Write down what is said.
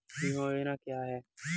बीमा योजना क्या है?